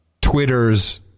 Twitter's